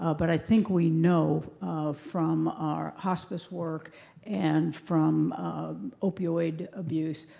ah but i think we know um from our hospice work and from opioid abuse,